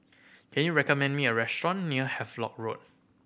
can you recommend me a restaurant near Havelock Road